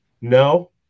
No